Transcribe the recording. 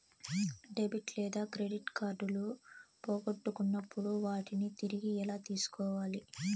debit లేదా credit కార్డులు పోగొట్టుకున్నప్పుడు వాటిని తిరిగి ఎలా తీసుకోవాలి